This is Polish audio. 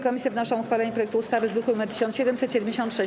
Komisje wnoszą o uchwalenie projektu ustawy z druku nr 1776.